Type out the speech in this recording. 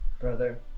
Brother